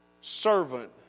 servant